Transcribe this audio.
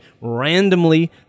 randomly